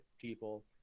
people